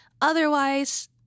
Otherwise